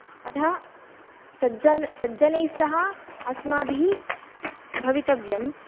अतः सज्जन् सज्जनैः सह अस्माभिः भवितव्यम्